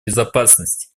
безопасности